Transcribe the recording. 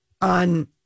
on